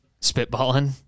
spitballing